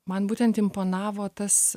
man būtent imponavo tas